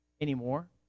anymore